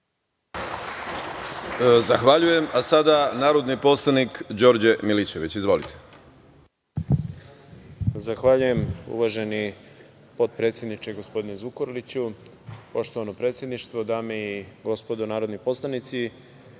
Zahvaljujem. Reč ima narodni poslanik Đorđe Milićević. Izvolite.